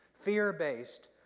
Fear-based